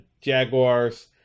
Jaguars